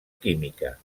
química